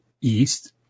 east